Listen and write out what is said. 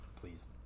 Please